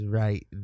right